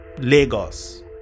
Lagos